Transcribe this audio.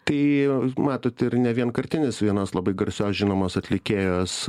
tai matot ir nevienkartinis vienas labai garsios žinomos atlikėjos